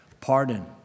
Pardon